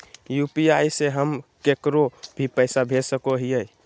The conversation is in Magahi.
यू.पी.आई से हम केकरो भी पैसा भेज सको हियै?